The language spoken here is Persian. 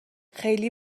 خیلی